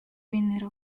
vennero